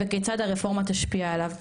וכיצד הרפורמה תשפיע עליו.